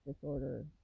disorder